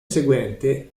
seguente